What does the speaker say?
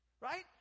right